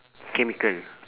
mechanical